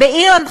באירלנד,